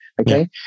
okay